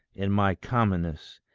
in my commonness,